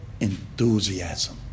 enthusiasm